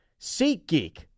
SeatGeek